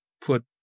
put